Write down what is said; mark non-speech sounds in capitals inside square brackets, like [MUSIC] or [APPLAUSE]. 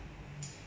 [NOISE]